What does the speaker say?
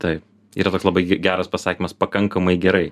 taip yra vat labai geras pasakymas pakankamai gerai